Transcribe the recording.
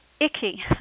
icky